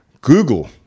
google